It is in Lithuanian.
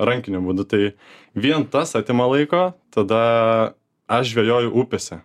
rankiniu būdu tai vien tas atima laiko tada aš žvejoju upėse